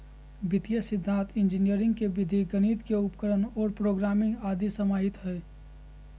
वित्तीय सिद्धान्त इंजीनियरी के विधि गणित के उपकरण और प्रोग्रामिंग आदि समाहित हइ